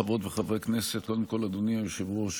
חברות וחברי הכנסת, קודם כול, אדוני היושב-ראש,